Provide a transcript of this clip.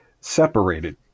separated